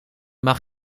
mag